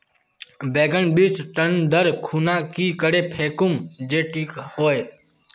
बैगन बीज टन दर खुना की करे फेकुम जे टिक हाई?